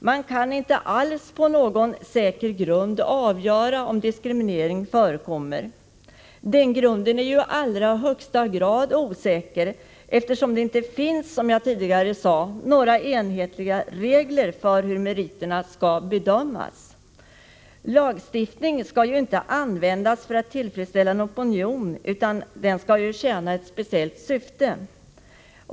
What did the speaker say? Man kan inte alls på någon säker grund avgöra om diskriminering förekommer. Den grunden är i allra högsta grad osäker, eftersom det inte finns, som jag tidigare sade, några enhetliga regler för hur meriterna skall bedömas. Lagstiftningen skall inte användas för att tillfredsställa en opinion, utan den skall tjäna ett speciellt syfte.